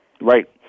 Right